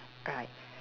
right